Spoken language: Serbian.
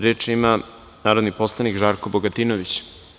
Reč ima narodni poslanik Žarko Bogatinović.